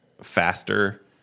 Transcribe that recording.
faster